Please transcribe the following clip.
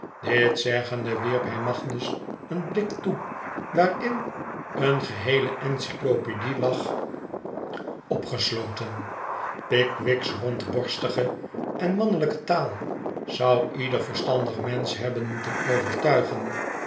dit zeggende wierp hij magnus een blik toe waarin een geheele encyclopedie lag opgesloten pickwick's rondborstige en mannelijke taal zou ieder verstandig mensch hebben moeten overtuigen